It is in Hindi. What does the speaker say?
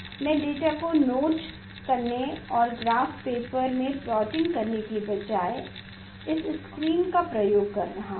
मैं डेटा को नोट करने और ग्राफ़ पेपर में प्लॉटिंग करने के बजाय मैं इस स्क्रीन का उपयोग कर रहा हूं